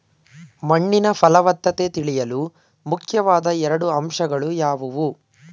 ಮಣ್ಣಿನ ಫಲವತ್ತತೆ ತಿಳಿಯಲು ಮುಖ್ಯವಾದ ಎರಡು ಅಂಶಗಳು ಯಾವುವು?